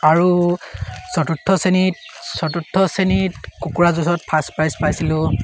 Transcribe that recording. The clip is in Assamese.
আৰু চতুৰ্থ শ্ৰেণীত চতুৰ্থ শ্ৰেণীত কুকুৰা যুঁজত ফাৰ্ষ্ট প্ৰাইজ পাইছিলোঁ